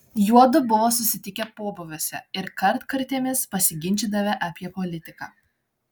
juodu buvo susitikę pobūviuose ir kartkartėmis pasiginčydavę apie politiką